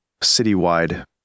citywide